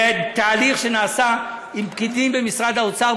זה תהליך שנעשה עם פקידים במשרד האוצר,